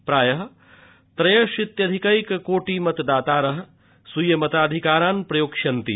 प्रायः त्यशीत्यधिकैक कोटि मतदातारः स्वीय मताधिकारान् प्रयोक्ष्यन्ति